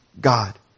God